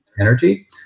energy